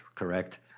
Correct